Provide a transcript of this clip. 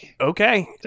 Okay